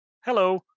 Hello